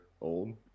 old